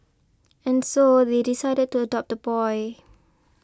and so they decided to adopt the boy